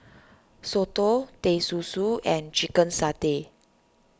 Soto Teh Susu and Chicken Satay